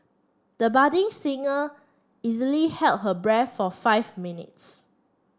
the budding singer easily held her breath for five minutes